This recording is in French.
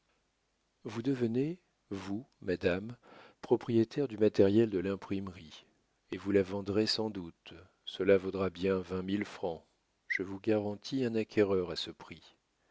vous devenez vous madame propriétaire du matériel de l'imprimerie et vous la vendrez sans doute cela vaudra bien vingt mille francs je vous garantis un acquéreur à ce prix